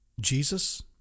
Jesus